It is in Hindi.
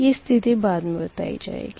ये स्थिति बाद मे बताई जाएगी